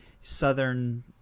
southern